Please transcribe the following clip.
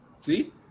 see